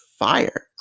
fire